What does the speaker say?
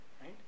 Right